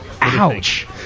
Ouch